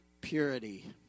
purity